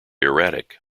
erratic